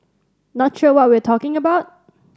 not sure what we're talking about